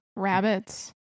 rabbits